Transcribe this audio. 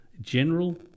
general